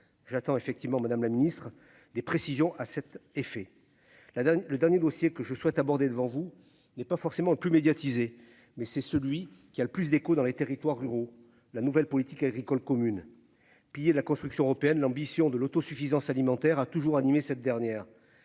J'attends effectivement Madame la Ministre des précisions à cet effet. Là dans le dernier dossier que je souhaite aborder devant vous n'est pas forcément le plus médiatisé, mais c'est celui qui a le plus d'écho dans les territoires ruraux. La nouvelle politique agricole commune pillé la construction européenne, l'ambition de l'auto-suffisance alimentaire a toujours animé cette dernière